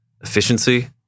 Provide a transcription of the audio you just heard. efficiency